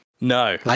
No